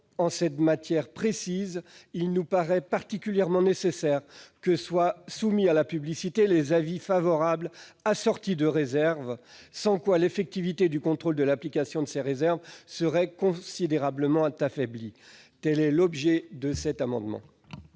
en cette matière précise, il nous paraît particulièrement nécessaire que soient soumis à la publicité les avis favorables assortis de réserves, sans quoi l'effectivité du contrôle de l'application de ces réserves serait considérablement affaiblie. Tel est l'objet de cet amendement